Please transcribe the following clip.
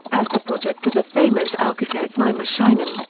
as the project of the famous architect mimar sinan,